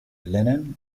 linen